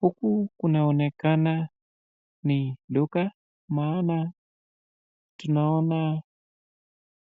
Huku inaonekana ni duka, tunaona